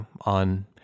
on